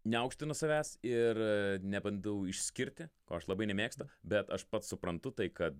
neaukštinu savęs ir nebandau išskirti ko aš labai nemėgstu bet aš pats suprantu tai kad